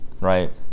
right